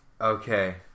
Okay